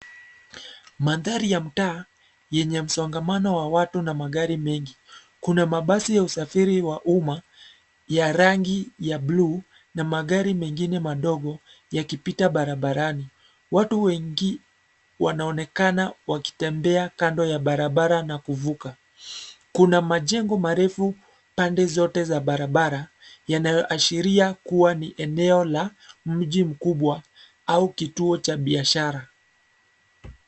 Mandhari ya mtaa, yenye msongamano wa watu na magari mengi, kuna mabasi ya usafiri wa umma, ya rangi ya bluu, na magari mengine madogo, yakipita barabarani, watu wengi, wanaonekana wakitembea kando ya barabara na kuvuka, kuna majengo marefu, pande zote za barabara, yanayoashiria kuwa ni eneo la, mji mkubwa, au kituo cha biashara.